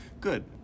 Good